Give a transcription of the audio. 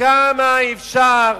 כמה אפשר